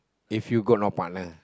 if you got no partner